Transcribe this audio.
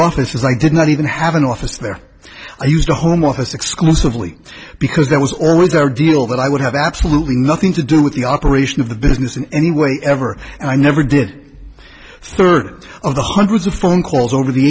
offices i did not even have an office there i used the home office exclusively because that was always our deal that i would have absolutely nothing to do with the operation of the business in any way ever and i never did third of the hundreds of phone calls over the